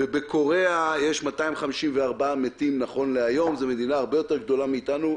ובקוריאה יש 254 מתים נכון להיום זו מדינה הרבה יותר גדולה מאתנו.